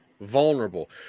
Vulnerable